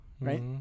Right